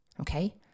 Okay